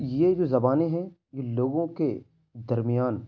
یہ جو زبانیں ہیں لوگوں کے درمیان